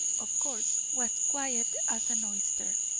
of course, was quiet as an oyster.